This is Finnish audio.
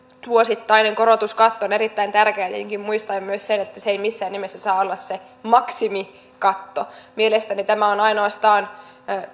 vuosittainen korotuskatto on erittäin tärkeä tietenkin muistaen myös sen että se ei missään nimessä saa olla se maksimikatto mielestäni tämä on ainoastaan